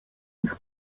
ich